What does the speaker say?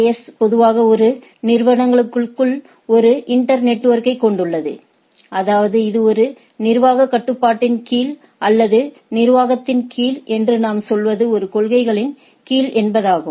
எஸ்பொதுவாக ஒரு நிறுவனங்களுக்குள் ஒரு இன்டெர் நெட்வொர்க்கை கொண்டுள்ளது அதாவது இது ஒரு நிர்வாகக் கட்டுப்பாட்டின் கீழ் அல்லது ஒரு நிர்வாகத்தின் கீழ் என்று நாம் சொல்வது ஒரு கொள்கைகளின் கீழ் என்பதாகும்